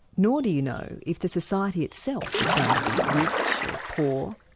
nor do you know if the society itself is going to be rich or poor,